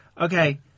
Okay